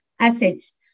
assets